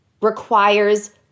requires